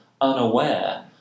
unaware